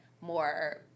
more